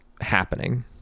happening